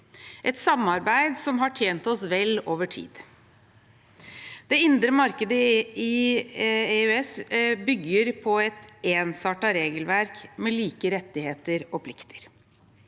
et samarbeid som har tjent oss vel over tid. Det indre marked i EØS bygger på et ensartet regelverk, med like rettigheter og plikter.